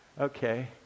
Okay